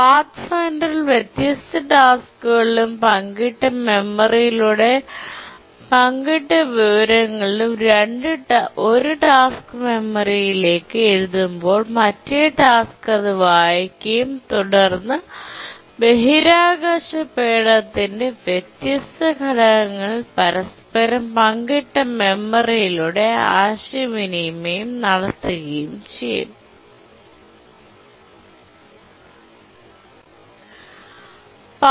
പാത്ത്ഫൈൻഡറിൽ വ്യത്യസ്ത ടാസ്ക്കുകളിലും പങ്കിട്ട മെമ്മറിയിലൂടെ പങ്കിട്ട വിവരങ്ങളിലും ഒരു ടാസ്ക് മെമ്മറിയിലേക്ക് എഴുതുമ്പോൾ മറ്റേ ടാസ്ക് അത് വായിക്കുകയും തുടർന്ന് ബഹിരാകാശ പേടകത്തിന്റെ വ്യത്യസ്ത ഘടകങ്ങൾ പരസ്പരം പങ്കിട്ട മെമ്മറിയിലൂടെ ആശയവിനിമയം നടത്തുകയും ചെയ്യും